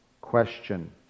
question